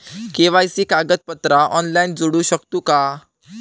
KYC कागदपत्रा online जोडू शकतू का?